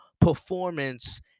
performance